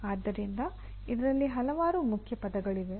ಆದ್ದರಿಂದ ಇದರಲ್ಲಿ ಹಲವಾರು ಮುಖ್ಯಪದಗಳಿವೆ